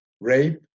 rape